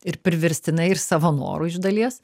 ir priverstinai ir savo noru iš dalies